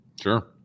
Sure